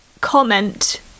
comment